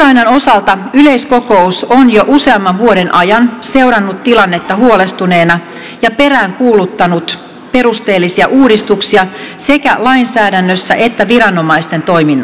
ukrainan osalta yleiskokous on jo useamman vuoden ajan seurannut tilannetta huolestuneena ja peräänkuuluttanut perusteellisia uudistuksia sekä lainsäädännössä että viranomaisten toiminnassa